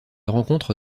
rencontre